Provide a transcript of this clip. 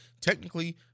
technically